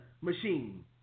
machine